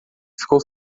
ficou